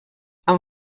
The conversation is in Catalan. amb